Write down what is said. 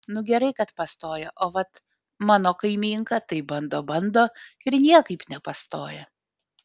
nu gerai kad pastojo a vat mano kaimynka tai bando bando ir niekap nepastoja